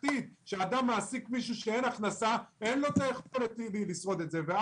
כשאתה מעסיק מישהו כשאין תזרים אז זה בור